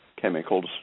chemicals